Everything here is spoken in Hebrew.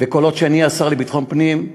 וכל עוד אני השר לביטחון פנים,